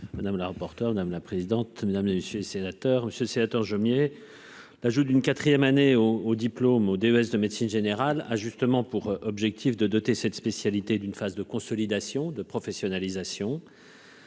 madame la rapporteure, madame la présidente, mesdames et messieurs les sénateurs, Monsieur le Sénateur Jomier l'ajout d'une 4ème année au au diplôme au DES de médecine générale a justement pour objectif de doter cette spécialité d'une phase de consolidation de professionnalisation